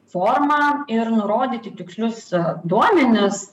formą ir nurodyti tikslius duomenis